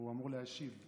הוא אמור להשיב.